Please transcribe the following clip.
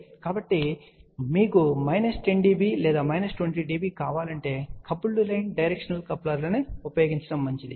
కాబట్టి మీకు minus 10 dB లేదా మైనస్ 20 dB కప్లింగ్ కావాలంటే కపుల్డ్ లైన్ డైరెక్షనల్ కప్లర్ను ఉపయోగించడం మంచిది